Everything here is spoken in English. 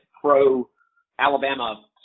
pro-Alabama